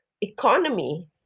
economy